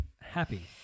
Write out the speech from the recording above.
happy